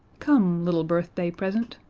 come, little birthday present,